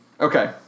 okay